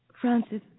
Francis